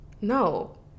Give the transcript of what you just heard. No